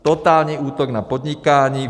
Totální útok na podnikání!